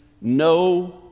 no